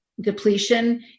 depletion